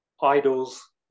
idols